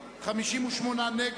נמנעים.